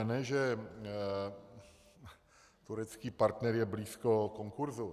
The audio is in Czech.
Ne že turecký partner je blízko konkurzu.